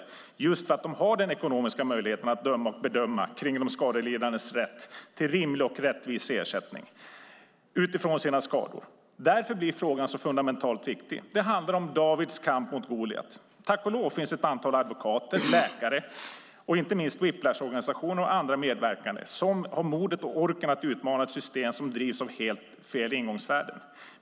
Det är just för att de har den ekonomiska möjligheten att döma och bedöma kring de skadelidandes rätt till en rimlig och rättvis ersättning utifrån sina skador. Därför blir frågan så fundamentalt viktig. Det handlar om Davids kamp mot Goliat. Tack och lov finns det ett antal advokater, läkare och inte minst whiplashorganisationer och andra medverkande som har modet och orken att utmana ett system som drivs av helt fel ingångsvärden.